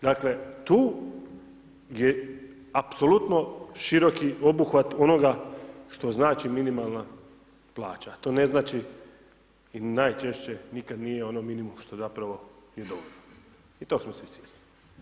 Dakle, tu je apsolutno široki obuhvat onoga što znači minimalna plaća, to ne znači i najčešće nikada nije ono minimum, što zapravo je dovoljno i toga smo svi svjesni.